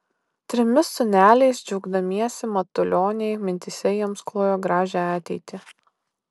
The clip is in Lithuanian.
trimis sūneliais džiaugdamiesi matulioniai mintyse jiems klojo gražią ateitį